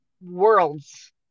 Worlds